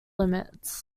limits